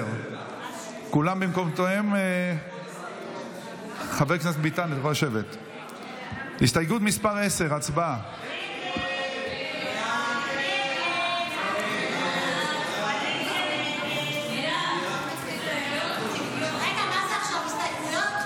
10. חבר הכנסת ביטן,